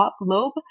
lobe